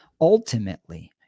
ultimately